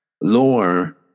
lore